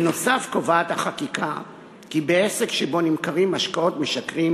בנוסף קובעת החקיקה כי בעסק שבו נמכרים משקאות משכרים